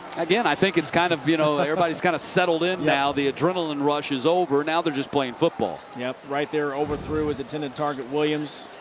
again, i think it's kind of you know everybody's kind of settled in now. the adrenaline rushes over. now they're just playing football. yeah right there, over through his intended target. williams,